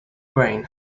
grain